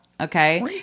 Okay